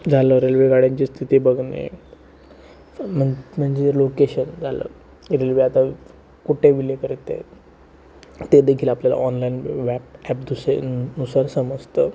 झालं रेल्वेगाड्यांची स्थिती बघणे मग म्हणजे लोकेशन झालं रेल्वे आता कुठे विले करते ते देखील आपल्याला ऑनलाईन वॅप ॲप दुसे नुसार समजतं